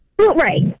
Right